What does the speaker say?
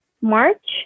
march